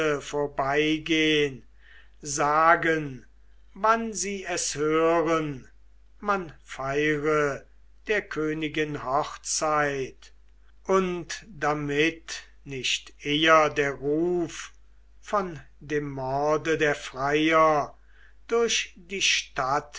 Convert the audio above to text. vorbeigehn sagen wann sie es hören man feire der königin hochzeit und damit nicht eher der ruf von dem morde der freier durch die stadt